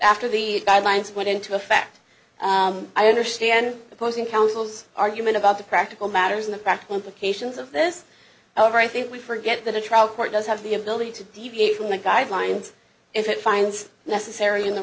after the guidelines went into effect i understand opposing counsel's argument about the practical matters in the practical implications of this however i think we forget that a trial court does have the ability to deviate from the guidelines if it finds necessary in the